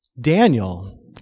Daniel